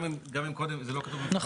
גם אם קודם זה לא היה כתוב --- נכון.